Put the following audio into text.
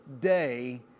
day